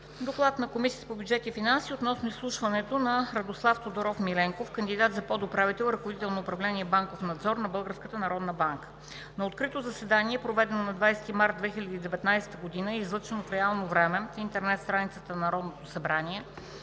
„ДОКЛАД на Комисията по бюджет и финанси относно изслушването на Радослав Тодоров Миленков – кандидат за подуправител – ръководител на управление „Банков надзор“ на Българската народна банка На открито заседание, проведено на 20 март 2019 г. и излъчено в реално време в интернет страницата на Народното събрание,